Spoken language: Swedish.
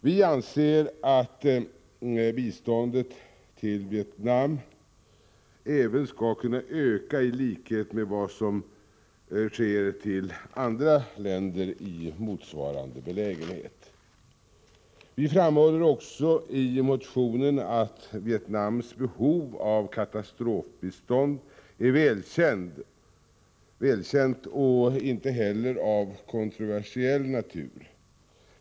Vi anser att biståndet till Vietnam även skall kunna öka, i likhet med vad som sker när det gäller andra länder i motsvarande belägenhet. Vi framhåller också i motionen att Vietnams behov av katastrofbistånd är välkänt och inte heller av kontroversiell natur.